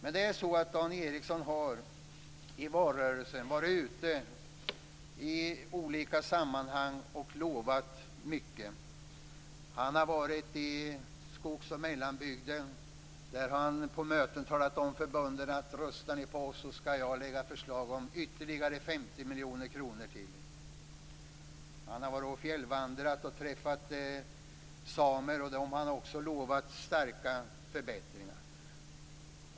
Men Dan Ericsson har i valrörelsen varit ute i olika sammanhang och lovat mycket. Han har varit i skogs och mellanbygden och på möten sagt till bönderna: Röstar ni på oss skall jag lägga fram förslag om ytterligare 50 miljoner kronor till er. Han har fjällvandrat och träffat samer, och dem har han också lovat stora förbättringar.